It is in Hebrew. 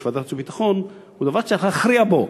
יושב-ראש ועדת חוץ וביטחון הוא דבר שצריך להכריע בו.